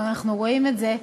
ואנחנו רואים את זה,